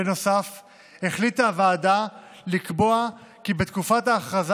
בנוסף החליטה הוועדה לקבוע כי בתקופת ההכרזה